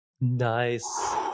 Nice